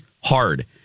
hard